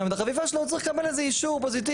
את החפיפה שלו הוא צריך לקבל על זה אישור פוזיטיבי.